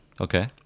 Okay